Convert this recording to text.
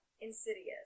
Insidious